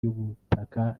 y’ubutaka